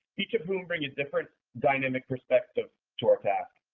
each of whom bring a different dynamic perspective to our task.